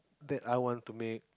that I want to make